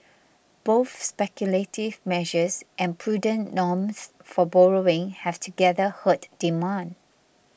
both speculative measures and prudent norms for borrowing have together hurt demand